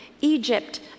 Egypt